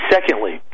Secondly